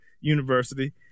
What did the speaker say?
university